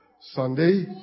Sunday